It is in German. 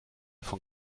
von